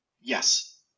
yes